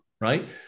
right